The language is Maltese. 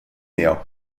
miegħu